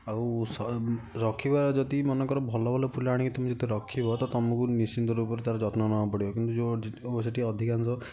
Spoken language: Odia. ଆଉ ରଖିବା ଯଦି ମନେକର ଭଲ ଭଲ ଫୁଲ ଆଣିକି ତମେ ଯେତେ ରଖିବ ତ ତମକୁ ନିଶ୍ଚିତ ରୂପରେ ତାର ଯତ୍ନ ନବାକୁ ପଡ଼ିବ କିନ୍ତୁ ସେଠି ଅଧିକାଂଶ